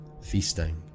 feasting